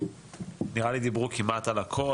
נראה לי דיברו כמעט על הכל,